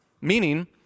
Meaning